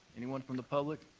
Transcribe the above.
anyone from the public?